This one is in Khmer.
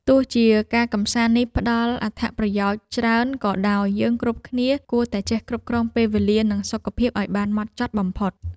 ទោះជាការកម្សាន្តនេះផ្ដល់អត្ថប្រយោជន៍ច្រើនក៏ដោយយើងគ្រប់គ្នាគួរតែចេះគ្រប់គ្រងពេលវេលានិងសុខភាពឱ្យបានហ្មត់ចត់បំផុត។